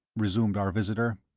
resumed our visitor,